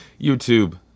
youtube